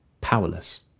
powerless